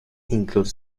include